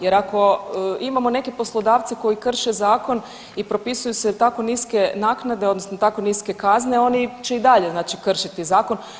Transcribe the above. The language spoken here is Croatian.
Jer ako, imamo neke poslodavce koji krše zakon i propisuju se tako niske naknade odnosno tako niske kazne oni će i dalje znači kršiti zakon.